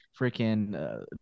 freaking